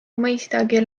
mõistagi